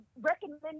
recommend